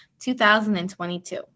2022